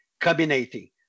cabinating